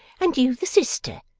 and you the sister.